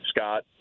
Scott